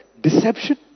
deception